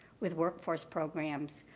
with work force programs,